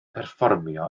perfformio